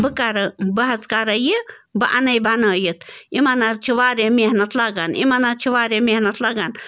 بہٕ کَرٕ بہٕ حظ کَرے یہِ بہٕ اَنَے بنٲوِتھ یِمَن حظ چھِ واریاہ محنت لَگان یِمَن حظ چھِ واریاہ محنت لَگان